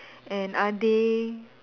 and are they